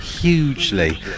Hugely